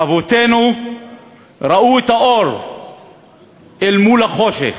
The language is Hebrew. אבותינו ראו את האור אל מול החושך.